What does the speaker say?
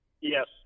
yes